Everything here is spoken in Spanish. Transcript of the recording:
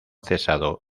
cesado